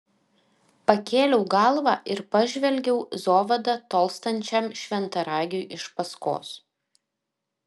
pakėliau galvą ir pažvelgiau zovada tolstančiam šventaragiui iš paskos